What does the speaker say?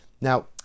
Now